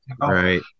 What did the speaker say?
Right